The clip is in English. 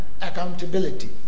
accountability